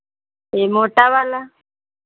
ये मोटा वाला